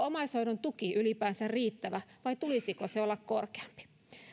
omaishoidon tuki ylipäänsä riittävä vai tulisiko sen olla korkeampi